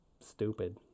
Stupid